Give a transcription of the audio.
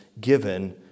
given